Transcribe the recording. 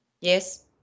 Yes